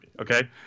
okay